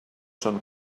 són